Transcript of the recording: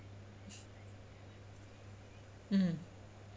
mm